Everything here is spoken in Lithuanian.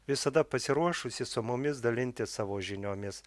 visada pasiruošusi su mumis dalintis savo žiniomis